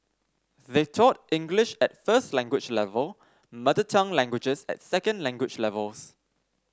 they taught English at first language level mother tongue languages at second language levels